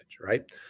right